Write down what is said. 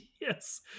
Yes